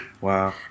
Wow